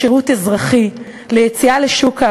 לשירות אזרחי,